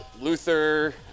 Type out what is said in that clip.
Luther